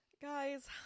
guys